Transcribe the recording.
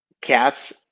cats